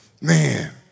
Man